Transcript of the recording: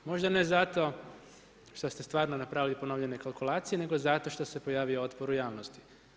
Možda ne zato, što ste stvarno napravili ponovljene kalkulacije, nego zato što se pojavio otpor u javnosti.